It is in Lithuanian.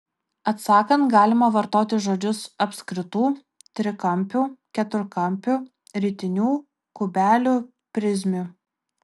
atsakant galima vartoti žodžius apskritų trikampių keturkampių ritinių kubelių prizmių